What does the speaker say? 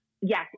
yes